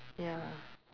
ya